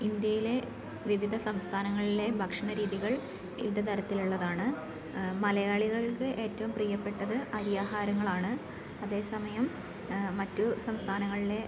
ഇന്ത്യയിലെ വിവിധ സംസ്ഥാനങ്ങളിലെ ഭക്ഷണ രീതികൾ വിവിധ തരത്തില് ഉള്ളതാണ് മലയാളികൾക്ക് ഏറ്റവും പ്രിയപ്പെട്ടത് അരിയാഹാരങ്ങളാണ് അതേ സമയം മറ്റു സംസ്ഥാനങ്ങളിലെ